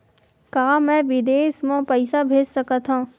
का मैं विदेश म पईसा भेज सकत हव?